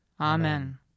Amen